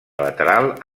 lateral